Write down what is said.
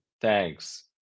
thanks